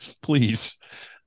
please